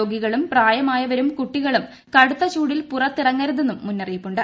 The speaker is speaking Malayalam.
രോഗികളും പ്രായമായവരും കുട്ടികളും കടുത്ത ചൂടിൽ പുറത്തിറങ്ങരുതെന്നും മുന്നറിയിപ്പുണ്ട്